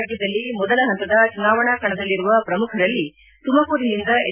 ರಾಜ್ಯದಲ್ಲಿ ಮೊದಲ ಪಂತದ ಚುನಾವಣಾ ಕಣದಲ್ಲಿರುವ ಪ್ರಮುಖರಲ್ಲಿ ತುಮಕೂರಿನಿಂದ ಎಚ್